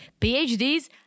PhDs